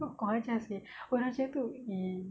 kurang ajar seh orang macam gitu !ee!